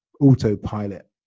autopilot